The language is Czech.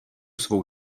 svou